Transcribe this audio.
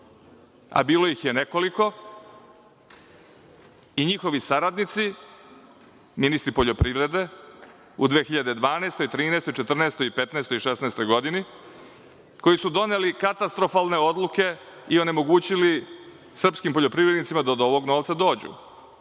a bilo ih je nekoliko, i njihovi saradnici, ministri poljoprivrede u 2012, 2013, 2014, 2015. i 2016. godini, koji su doneli katastrofalne odluke i onemogućili srpskim poljoprivrednicima da do ovog novca dođu.